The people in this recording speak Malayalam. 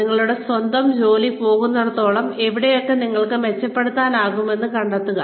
നിങ്ങളുടെ സ്വന്തം ജോലി പോകുന്നിടത്തോളം എവിടെയൊക്കെ നിങ്ങൾക്ക് മെച്ചപ്പെടുത്താനാകുമെന്ന് കണ്ടെത്തുക